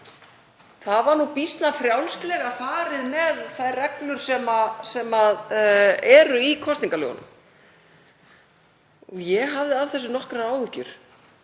Það var býsna frjálslega farið með þær reglur sem eru í kosningalögunum. Ég hafði af þessu nokkrar áhyggjur